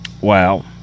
Wow